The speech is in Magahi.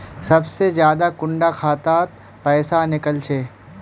सबसे ज्यादा कुंडा खाता त पैसा निकले छे?